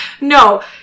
No